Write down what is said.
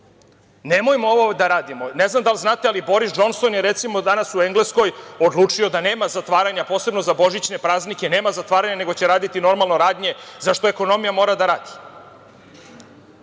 Nemojmo ovo da radimo. Ne znam da li znate ali Boris Džonson je recimo danas u Engleskoj odlučio da nema zatvaranja, posebno za božićne praznike nego će raditi normalno radnje, zato što ekonomija mora da radi. Uz